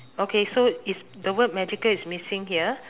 okay so it's the word magical is missing here